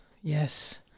yes